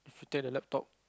if you take the laptop